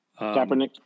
Kaepernick